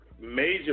Major